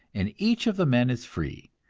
and each of the men is free,